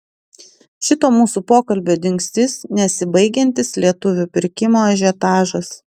šito mūsų pokalbio dingstis nesibaigiantis lietuvių pirkimo ažiotažas